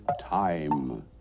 time